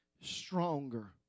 stronger